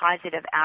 positive